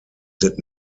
did